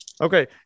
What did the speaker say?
Okay